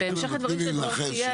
תני לי לנחש,